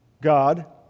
God